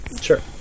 sure